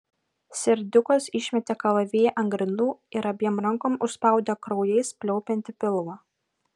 serdiukas išmetė kalaviją ant grindų ir abiem rankom užspaudė kraujais pliaupiantį pilvą